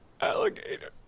alligator